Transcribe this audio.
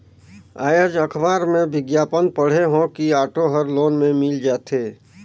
आएज अखबार में बिग्यापन पढ़े हों कि ऑटो हर लोन में मिल जाथे